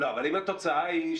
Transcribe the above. אבל אם התוצאה היא,